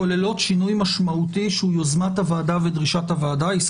כוללות שינוי משמעותי שהוא יוזמת הוועדה ודרישת הוועדה,